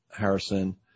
Harrison